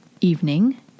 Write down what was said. evening